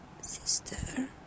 sister